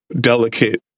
delicate